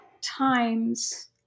times